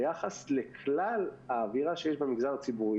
ביחס לכלל האווירה שיש במגזר הציבורי,